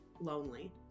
lonely